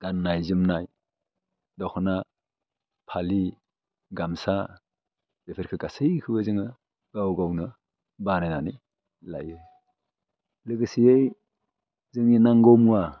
गान्नाय जोमनाय दख'ना फालि गासमा बेफोरखो गासैखौबो जोङो गाव गावनो बानायनानै लायो लोगोसेयै जोंनि नांगौ मुवा